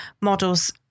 models